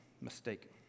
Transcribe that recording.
mistake